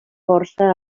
força